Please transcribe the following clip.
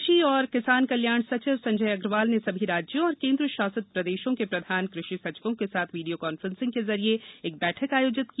कृषि और किसान कल्याण सचिव संजय अग्रवाल ने सभी राज्यों और केन्द्र शासित प्रदेशों के प्रधान कृषि सचिवों के साथ वीडियो कांफ्रेंसिंग के जरिये बैठक आयोजित की